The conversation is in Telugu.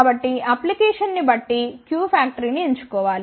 కాబట్టి అప్లికేషన్ ని బట్టి Q ఫాక్టర్ ని ఎంచుకోవాలి